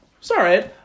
sorry